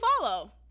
follow